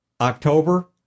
october